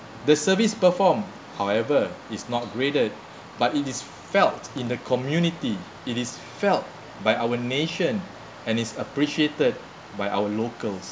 the service perform however is not graded but it is felt in the community it is felt by our nation and it's appreciated by our locals